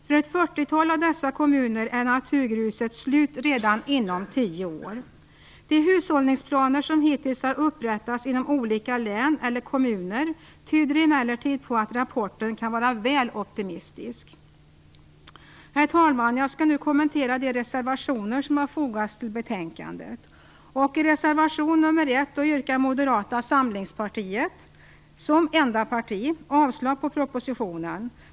För ett 40-tal av dessa kommuner är naturgruset slut redan inom 10 år. De hushållningsplaner som hittills har upprättats inom olika län eller kommuner tyder emellertid på att rapporten kan vara väl optimistisk. Herr talman! Jag skall nu kommentera de reservationer som har fogats till betänkandet. I reservation nr 1 yrkar Moderata samlingspartiet, som enda parti, avslag på propositionen.